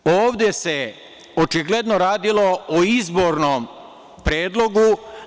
Ovde se očigledno radilo o izbornom predlogu.